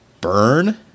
Burn